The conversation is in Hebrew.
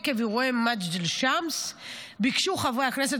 ועקב אירועי מג'דל שמס ביקשו חברי הכנסת